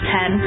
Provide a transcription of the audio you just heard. Ten